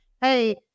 hey